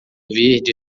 verde